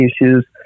issues